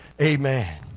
Amen